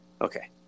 Okay